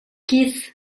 kiss